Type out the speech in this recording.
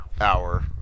Hour